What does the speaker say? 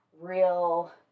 real